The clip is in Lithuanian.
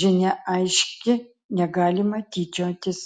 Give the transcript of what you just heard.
žinia aiški negalima tyčiotis